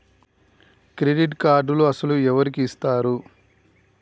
Credit కార్డులు అసలు ఎవరికి ఇస్తారు?